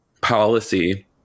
policy